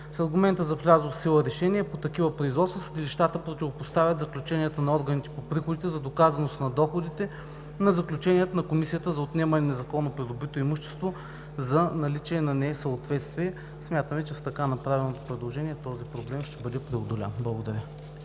С аргумента за влязло в сила решение по такива производства, съдилищата противопоставят заключенията на органите по приходите за доказаност на доходите на заключенията на Комисията за отнемане на незаконно придобито имущество за наличие на несъответствие. Смятаме, че с така направеното предложение този проблем ще бъде преодолян. Благодаря.